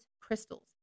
crystals